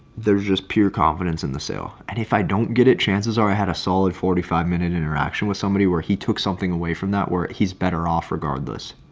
there's just pure confidence in the sale and if i don't get it chances are i had a solid forty five minute interaction with somebody where he took something away from that where he's better off regardless,